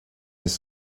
his